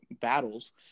battles